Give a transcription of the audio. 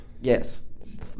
Yes